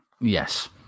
Yes